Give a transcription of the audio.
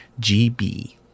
GB